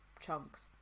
chunks